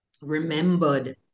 remembered